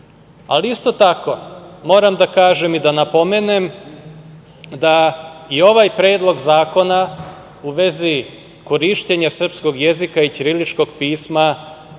ali isto tako moram da kažem i da napomenem da je ovaj Predlog zakona u vezi korišćenja srpskog jezika i ćiriličkog pisma